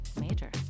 major